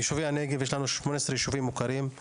בנגב יש 18 יישובים מוכרים,